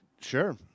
Sure